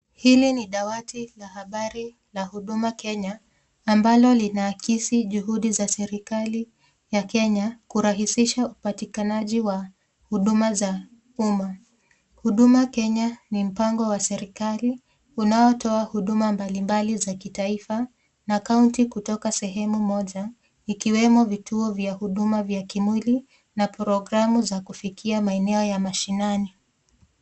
Hili ni dawati la habari la huduma kenya, ambalo linaakisi juhudiza serikali ya Kenya, kurahisisha upatikanajinwa huduma za umma, huduma Kenya ni mpango wa serikali unaotoa huduma mbalimbali za kitaifa na kaunti kutoka sehemu moja, ikiwemo vituo vya kimwili, na programu za kufikia maenek ya mashinani.